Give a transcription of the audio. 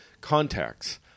contacts